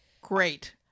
Great